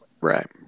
Right